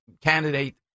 candidate